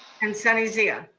and sunny zia.